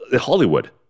Hollywood